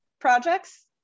projects